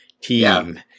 team